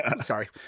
Sorry